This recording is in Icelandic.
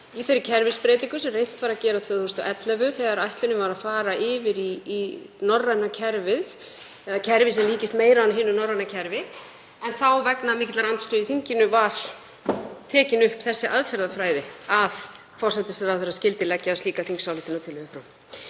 í þeirri kerfisbreytingu sem reynt var að gera 2011 þegar ætlunin var að fara yfir í norræna kerfið eða kerfi sem líkist meira hinu norræna kerfi, en vegna mikillar andstöðu í þinginu var tekin upp sú aðferðafræði að forsætisráðherra skyldi leggja slíka þingsályktunartillögu fram.